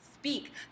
speak